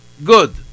Good